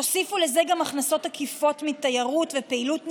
תוסיפו לזה גם הכנסות עקיפות מתיירות ופעילות נלווית,